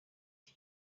iki